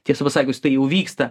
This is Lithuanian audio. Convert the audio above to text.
tiesą pasakius tai jau vyksta